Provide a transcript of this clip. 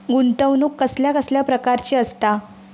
गुंतवणूक कसल्या कसल्या प्रकाराची असता?